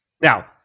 Now